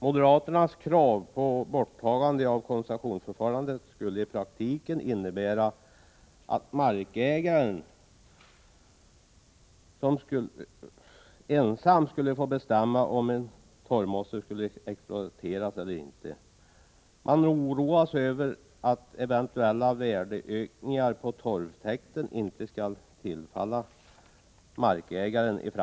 Moderaternas krav på borttagande av koncessionsförfarandet skulle i praktiken innebära att markägaren ensam skulle få bestämma om en torvmosse skulle exploateras eller inte. Man oroas över att eventuella värdeökningar på torvtäkten i framtiden inte skall tillfalla markägaren.